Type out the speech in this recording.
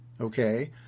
okay